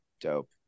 dope